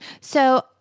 So-